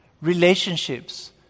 relationships